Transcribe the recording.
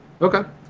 Okay